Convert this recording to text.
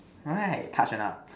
right touched a not